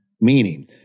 meaning